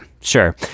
sure